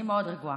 אני מאוד רגועה.